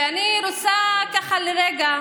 ואני רוצה, ככה לרגע,